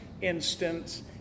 instance